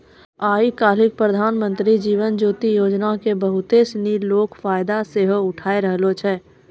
आइ काल्हि प्रधानमन्त्री जीवन ज्योति योजना के बहुते सिनी लोक फायदा सेहो उठाय रहलो छै